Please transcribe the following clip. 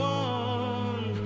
one